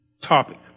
topic